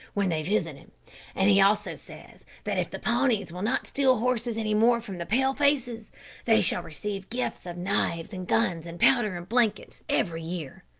when they visit him and he also says that if the pawnees will not steal horses any more from the pale-faces they shall receive gifts of knives, and guns, and powder and blankets every year.